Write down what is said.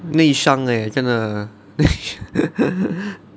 内伤 leh 真的